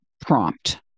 prompt